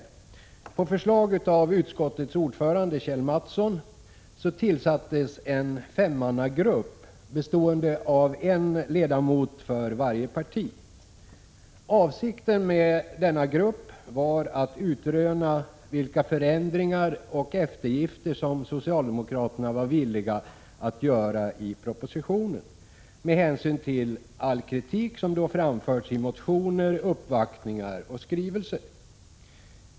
På förslag av utskottets ordförande, Kjell A. Mattsson, tillsattes en femmannagrupp bestående av en ledamot från varje parti. Avsikten med denna grupp var att utröna vilka förändringar och eftergifter som socialdemokraterna var villiga att göra i propositionen med hänsyn till all kritik som hade framförts i motioner, vid uppvaktningar och i skrivelser.